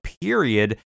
period